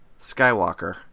Skywalker